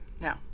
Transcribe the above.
No